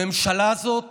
לממשלה הזאת